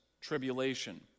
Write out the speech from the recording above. Tribulation